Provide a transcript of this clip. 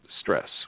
Stress